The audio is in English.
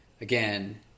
again